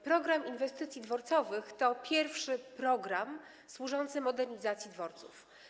Program inwestycji dworcowych” to pierwszy program służący modernizacji dworców.